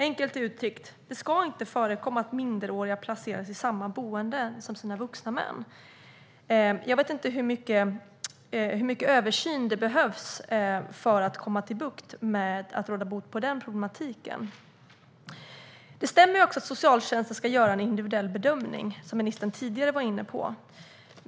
Enkelt uttryckt: Det ska inte förekomma att minderåriga placeras i samma boende som sina vuxna män. Jag vet inte hur mycket översyn det behövs för att råda bot på den problematiken. Det stämmer att socialtjänsten ska göra en individuell bedömning, som ministern var inne på tidigare.